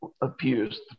appears